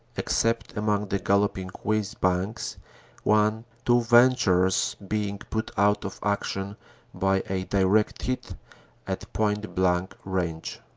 except among the galloping whizz-bangs one too venturous being put out of action by a direct hit at point-blank range.